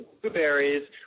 blueberries